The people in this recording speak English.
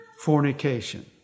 fornication